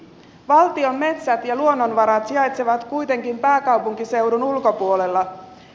valtion metsät ja luonnonvarat sijaitsevat kuitenkin pääkaupunkiseudun ulkopuolella